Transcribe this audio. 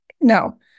no